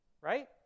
right